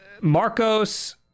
Marcos